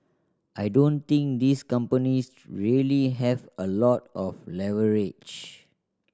I don't think these companies really have a lot of leverage